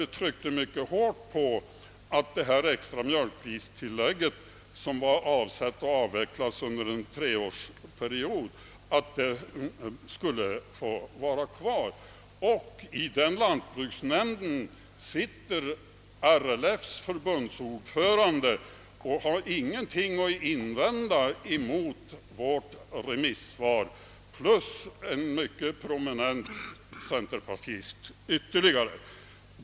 Vi tryckte mycket hårt på att det extra mjölkpristillägget, som var avsett att avvecklas under en treårsperiod, skulle få kvarstå. I den lantbruksnämnden ingår som ledamöter RLF:s förbundsordförande plus ytterligare en mycket prominent centerpartist, vilka inte hade något att invända mot remissvaret.